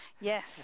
Yes